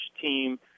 team